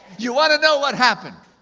you want to know what happened?